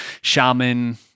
shaman